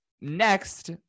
Next